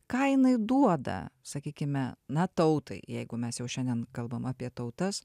ką jinai duoda sakykime na tautai jeigu mes jau šiandien kalbam apie tautas